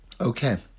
Okay